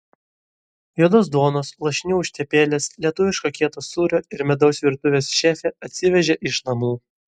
juodos duonos lašinių užtepėlės lietuviško kieto sūrio ir medaus virtuvės šefė atsivežė iš namų